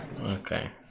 okay